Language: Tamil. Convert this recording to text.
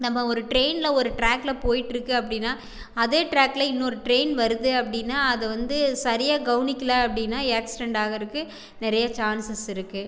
நம்ம ஒரு டிரெயினில் ஒரு டிராக்கில் போய்கிட்ருக்கு அப்படின்னா அதே டிராக்கில் இன்னொரு டிரெயின் வருது அப்படின்னா அதை வந்து சரியாக கவனிக்கில அப்படின்னா ஏக்சிரென்ட் ஆகுறதுக்கு நிறையா சான்சஸ் இருக்கு